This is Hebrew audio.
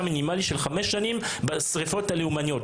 מינימלי של חמש שנים בשריפות הלאומניות,